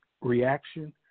reaction